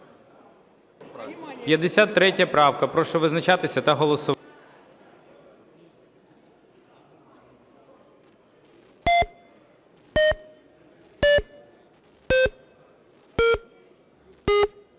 підтримав. Прошу визначатися та голосувати.